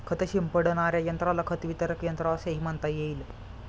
खत शिंपडणाऱ्या यंत्राला खत वितरक यंत्र असेही म्हणता येईल